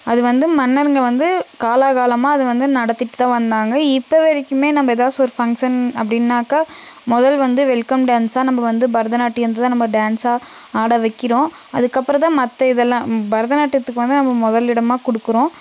அது வந்து மன்னருங்க வந்து காலகாலமாக அது வந்து நடத்திகிட்டு தான் வந்தாங்கள் இப்போ வரைக்குமே நம்ம எதாச்சும் ஒரு ஃபங்க்ஷன் அப்படினாக்கா முதல்ல வந்து வெல்கம் டான்ஸ் தான் நம்ம வந்து பரதநாட்டியத்தை தான் நம்ம டான்ஸாக ஆட வைக்கிறோம் அதுக்கு அப்புறம் தான் மற்ற இதெல்லாம் பரதநாட்டியத்துக்கு வந்து நம்ம முதலிடமா கொடுக்குறோம்